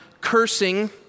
cursing